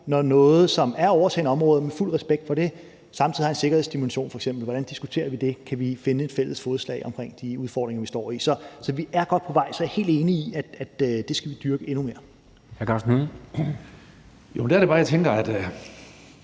når noget, som er et overtaget område – og fuld respekt for det – f.eks. samtidig har en sikkerhedsdimension. Hvordan diskuterer vi det? Kan vi finde et fælles fodslag omkring de udfordringer, vi står med? Så vi er godt på vej. Så jeg er helt enig i, at det skal vi dyrke endnu mere. Kl. 21:47 Formanden (Henrik